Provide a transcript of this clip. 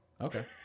Okay